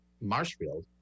Marshfield